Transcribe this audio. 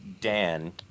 Dan